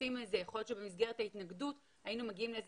יכול להיות שבמסגרת ההתנגדות היינו מגיעים לאיזו